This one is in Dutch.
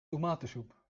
tomatensoep